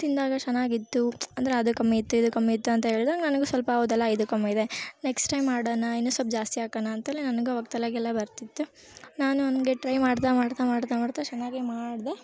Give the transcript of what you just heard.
ತಿಂದಾಗ ಚೆನ್ನಾಗಿತ್ತು ಅಂದರೆ ಅದು ಕಮ್ಮಿ ಇತ್ತು ಇದು ಕಮ್ಮಿ ಇತ್ತು ಅಂತ ಹೇಳ್ದಾಗ ನನ್ಗೂ ಸ್ವಲ್ಪ ಹೌದಲ್ಲ ಇದು ಕಮ್ಮಿ ಇದೆ ನೆಕ್ಸ್ಟ್ ಟೈಮ್ ಮಾಡೋಣ ಇನ್ನೂ ಸ್ವಲ್ಪ ಜಾಸ್ತಿ ಹಾಕನ ಅಂತೆಲ್ಲ ನನ್ಗೆ ಅವಾಗ ತಲೆಗೆಲ್ಲ ಬರ್ತಿತ್ತು ನಾನು ಹಂಗೆ ಟ್ರೈ ಮಾಡ್ತಾ ಮಾಡ್ತಾ ಮಾಡ್ತಾ ಮಾಡ್ತಾ ಚೆನ್ನಾಗೇ ಮಾಡಿದೆ